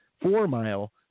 Four-mile